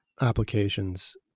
applications